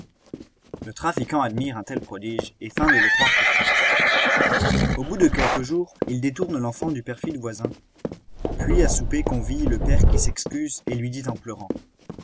le trafiquant admire un tel prodige et feint de le croire pourtant au bout de quelques jours il détourne l'enfant du perfide voisin puis à souper convie le père qui s'excuse et lui dit en pleurant